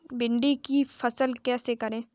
भिंडी की फसल कैसे करें?